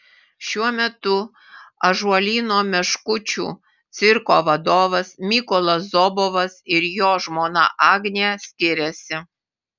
šiuo metu ąžuolyno meškučių cirko vadovas mykolas zobovas ir jo žmona agnė skiriasi